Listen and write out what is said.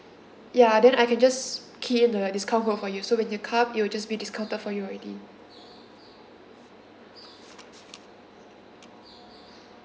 ya then I can just key in the discount code for you so when you come it'll just be discounted for you already